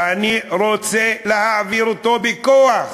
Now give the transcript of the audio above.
ואני רוצה להעביר אותו בכוח.